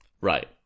Right